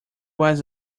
was